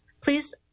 please